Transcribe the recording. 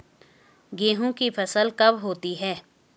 गेहूँ की फसल कब होती है?